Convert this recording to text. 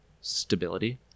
stability